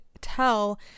tell